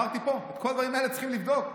אני אומר לך שאת כל הדברים האלה צריכים לבדוק,